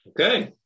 Okay